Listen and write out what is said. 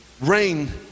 Rain